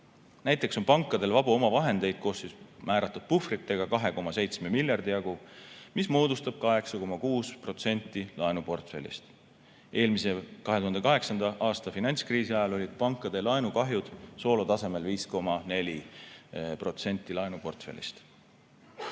Näiteks on pankadel vabu omavahendeid koos määratud puhvritega 2,7 miljardi euro jagu, mis moodustab 8,6% laenuportfellist. Eelmise, 2008. aasta finantskriisi ajal olid pankade laenukahjud soolotasemel 5,4% laenuportfellist.